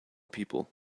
people